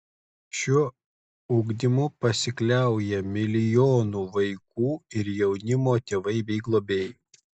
šiuo ugdymu pasikliauja milijonų vaikų ir jaunimo tėvai bei globėjai